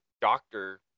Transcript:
doctor